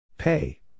Pay